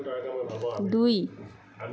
দুই